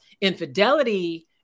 infidelity